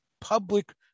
public